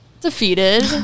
Defeated